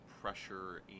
pressure